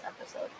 episode